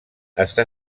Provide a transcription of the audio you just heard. està